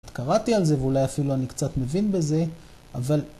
עוד קראתי על זה ואולי אפילו אני קצת מבין בזה, אבל...